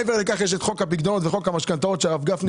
מעבר לכך יש חוק הפיקדונות וחוק המשכנתאות שהרב גפני